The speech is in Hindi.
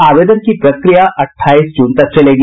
आवेदन की प्रक्रिया अठाईस जून तक चलेगी